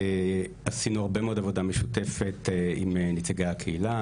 עשינו הרבה מאוד עבודה משותפת עם נציג הקהילה,